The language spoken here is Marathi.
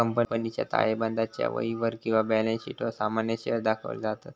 कंपनीच्या ताळेबंदाच्या वहीवर किंवा बॅलन्स शीटवर सामान्य शेअर्स दाखवले जातत